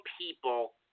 people